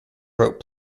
wrote